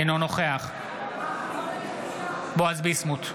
אינו נוכח בועז ביסמוט,